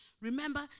Remember